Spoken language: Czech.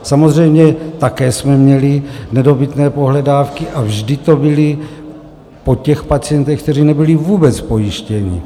Samozřejmě také jsme měli nedobytné pohledávky a vždy to bylo po těch pacientech, kteří nebyli vůbec pojištěni.